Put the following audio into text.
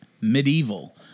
Medieval